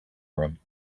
room